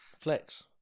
flex